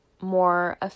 more